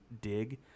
dig